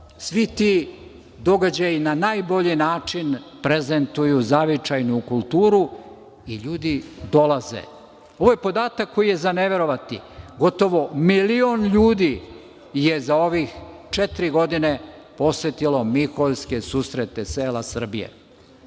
ti događaji na najbolji način prezentuju zavičajnu kulturu i ljudi dolaze. Ovo je podatak koji je za neverovati. Gotovo milion ljudi je za ove četiri godine posetilo Miholjske susrete sela Srbije.